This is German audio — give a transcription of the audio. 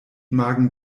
magen